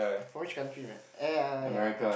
for which country man eh ya ya ya